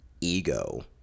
ego